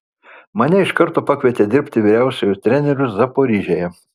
mane iš karto pakvietė dirbti vyriausiuoju treneriu zaporižėje